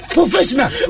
Professional